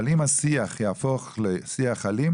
אבל אם השיח יהפוך לשיח אלים